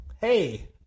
Hey